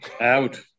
out